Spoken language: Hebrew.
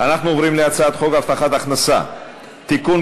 אנחנו עוברים להצעת חוק הבטחת הכנסה (תיקון,